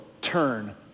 turn